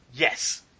Yes